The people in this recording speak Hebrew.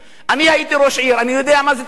אני הייתי ראש עיר, אני יודע מה זה תקציבים.